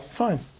fine